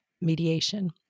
mediation